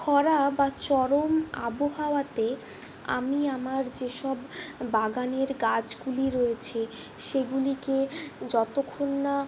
খরা বা চরম আবহাওয়াতে আমি আমার যেসব বাগানের গাছগুলি রয়েছে সেগুলিকে যতক্ষণ না